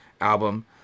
album